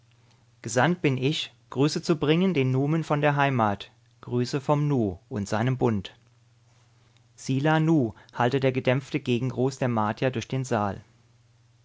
gesandt bin ich grüße zu bringen den numen von der heimat grüße vom nu und seinem bund sila nu hallte der gedämpfte gegengruß der martier durch den saal